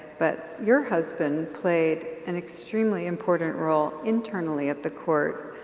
but your husband played an extremely important role internally at the court,